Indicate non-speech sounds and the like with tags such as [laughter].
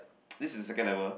[noise] this is second level